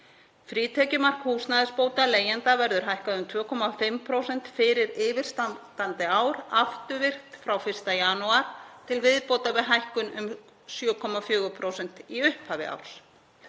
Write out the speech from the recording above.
Frítekjumark húsnæðisbóta leigjenda verður hækkað um 2,5% fyrir yfirstandandi ár, afturvirkt frá 1. janúar, til viðbótar við hækkun um 7,4% í upphafi árs.